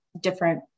different